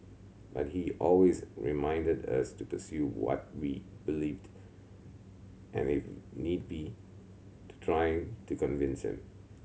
but he always reminded us to pursue what we believed and if need be to try to convince him